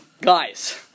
guys